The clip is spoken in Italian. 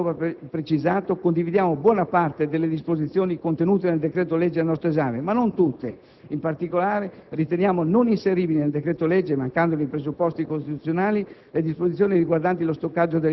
In conclusione, come abbiamo sopra precisato, condividiamo buona parte delle disposizioni contenute nel decreto-legge al nostro esame, ma non tutte. In particolare, riteniamo non inseribili nel decreto-legge, mancandone i presupposti costituzionali,